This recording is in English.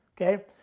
okay